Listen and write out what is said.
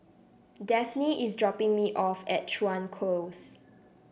Dafne is dropping me off at Chuan Close